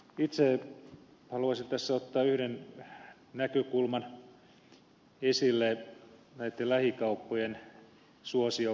itse haluaisin tässä ottaa yhden näkökulman esille näitten lähikauppojen suosioon vaikuttamisesta